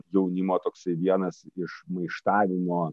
jaunimo toksai vienas iš maištavimo